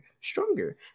stronger